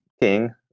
king